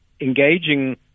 engaging